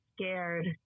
scared